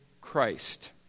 Christ